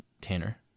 Tanner